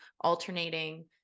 alternating